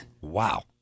Wow